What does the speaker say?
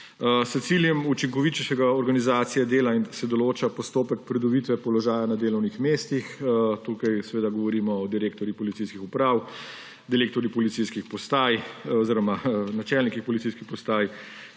S ciljem učinkovitejše organizacije dela in se določa postopek pridobitve položaja na delovnih mestih. Tukaj seveda govorimo o direktorjih policijskih uprav, direktorjih policijskih postaj oziroma načelnikih policijskih postaj